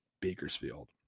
Bakersfield